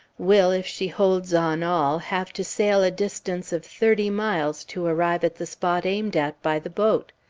will, if she holds on all, have to sail a distance of thirty miles to arrive at the spot aimed at by the boat.